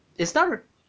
it's not